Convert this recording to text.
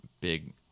big